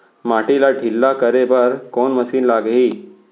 माटी ला ढिल्ला करे बर कोन मशीन लागही?